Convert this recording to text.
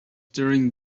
during